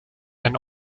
and